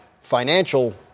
financial